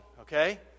okay